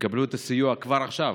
יקבלו את הסיוע כבר עכשיו,